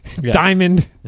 Diamond